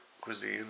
cuisine